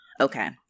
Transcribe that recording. Okay